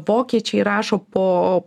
vokiečiai rašo po